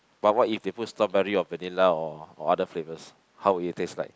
but what if they put strawberry or vanilla or or other flavours how will it taste like